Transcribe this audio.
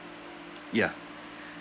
ya